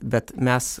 bet mes